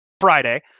Friday